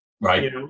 Right